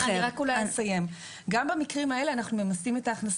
האם עושים את זה בתדירות גבוהה,